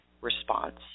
response